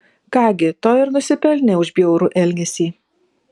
ką gi to ir nusipelnė už bjaurų elgesį